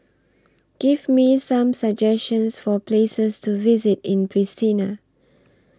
Give Me Some suggestions For Places to visit in Pristina